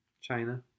China